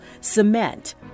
cement